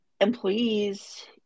employees